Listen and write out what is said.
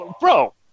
Bro